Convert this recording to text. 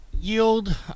yield